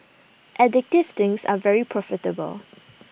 addictive things are very profitable